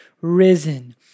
risen